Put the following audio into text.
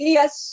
Yes